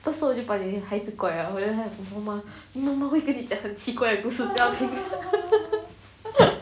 到时候我就会把你孩子管然后你妈妈你妈妈会跟你讲很奇怪的故事你不要听